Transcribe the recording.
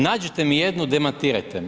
Nađite mi jednu, demantirajte me.